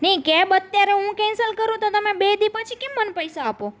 નહીં કેબ અત્યારે હું કેન્સલ કરું તો તમે બે દી પછી કેમ મને પૈસા આપો